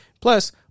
Plus